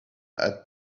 had